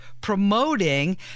promoting